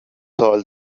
all